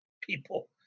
people